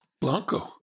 Blanco